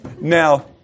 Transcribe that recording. Now